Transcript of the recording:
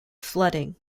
flooding